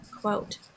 quote